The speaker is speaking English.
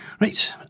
Right